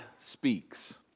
speaks